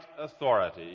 authority